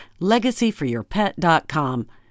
LegacyForYourPet.com